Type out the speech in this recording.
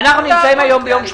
מתי?